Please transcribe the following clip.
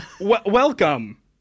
welcome